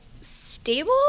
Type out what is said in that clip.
stable